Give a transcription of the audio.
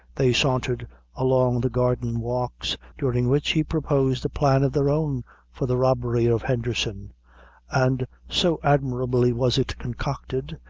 they sauntered along the garden walks, during which he proposed a plan of their own for the robbery of henderson and so admirably was it concocted,